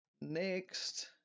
next